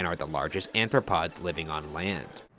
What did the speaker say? and are the largest anthropods living on land.